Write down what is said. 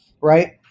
right